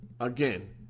again